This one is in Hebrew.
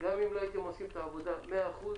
גם אם לא הייתם עושים את העבודה מאה אחוז,